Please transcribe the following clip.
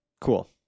Cool